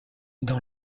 dans